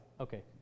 Okay